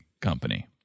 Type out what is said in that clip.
company